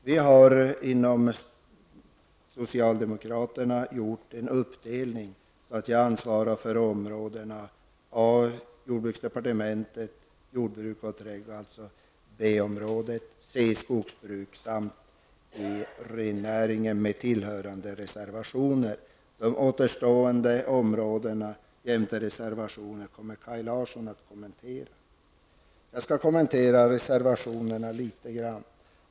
Vi har inom socialdemokraterna gjort en uppdelning så att jag ansvarar för områdena: De återstående områdena jämte reservationer kommer Kaj Larsson att kommentera. Jag skall kommentera reservationerna litet grand.